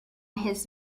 his